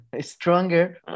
stronger